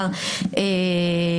יעשו.